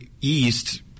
East